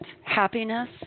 happiness